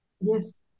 Yes